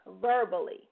verbally